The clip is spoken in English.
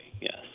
yes